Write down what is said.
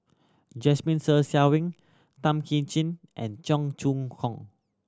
Jasmine Ser Xiang Wei Tan Kim Ching and Cheong Choong Hong